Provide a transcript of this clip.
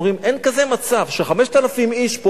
הם אומרים שאין כזה מצב ש-5,000 איש פה